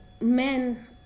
men